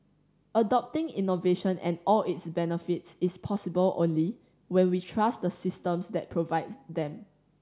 adopting innovation and all its benefits is possible only when we trust the systems that provide them